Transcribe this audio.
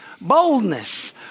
Boldness